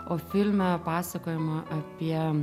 o filme pasakojama apie